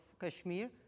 Kashmir